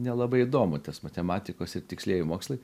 nelabai įdomu tas matematikos ir tikslieji mokslai